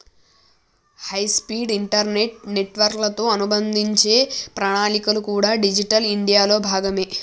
high speed internet నెట్వర్క్లతో అనుసంధానించే ప్రణాళికలు కూడా డిజిటల్ ఇండియాలో భాగమే